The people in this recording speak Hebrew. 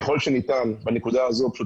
ככל שניתן בנקודה הזאת, צריך